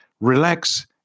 relax